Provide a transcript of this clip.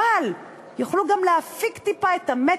אבל יוכלו גם להפיג טיפה את המתח,